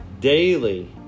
Daily